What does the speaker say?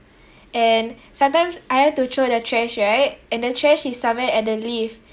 and sometimes I had to throw the trash right and the trash is somewhere at the lift